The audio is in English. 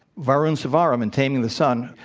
varun sivaram, in taming the sun,